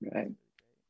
Right